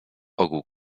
ogół